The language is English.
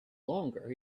longer